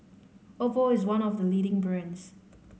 Oppo is one of the leading brands